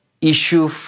issue